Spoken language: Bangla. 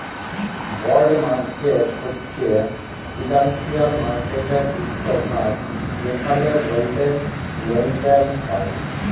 বল্ড মার্কেট হছে ফিলালসিয়াল মার্কেটের ইকট ভাগ যেখালে বল্ডের লেলদেল হ্যয়